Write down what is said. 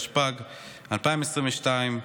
התשפ"ג 2022,